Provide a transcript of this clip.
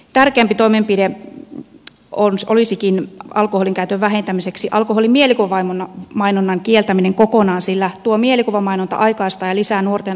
tärkeämpi toimenpide olisikin alkoholinkäytön vähentämiseksi alkoholin mielikuvamainonnan kieltäminen kokonaan sillä tuo mielikuvamainonta aikaistaa ja lisää nuorten alkoholinkäyttöä